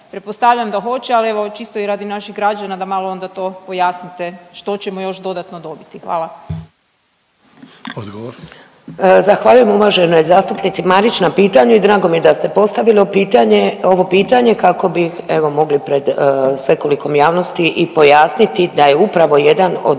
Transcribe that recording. Pretpostavljam da hoće, ali evo čisto i radi naših građana da malo onda to pojasnite što ćemo još dodatno dobiti. Hvala. **Sanader, Ante (HDZ)** Odgovor. **Šimundža-Nikolić, Vedrana** Zahvaljujem uvaženoj zastupnici Marić na pitanju i drago mi je da ste postavili ovo pitanje kako bih evo mogli pred svekolikom javnosti i pojasniti da je upravo jedan od